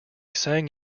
sang